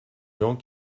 gens